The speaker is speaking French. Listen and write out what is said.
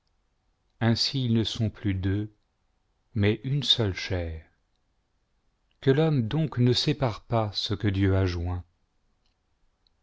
ainsi ils ne seront plus deux mais une seule chair que l'homme donc ne sépare pas ce que dieu a joint